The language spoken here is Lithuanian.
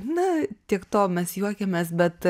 na tiek to mes juokiamės bet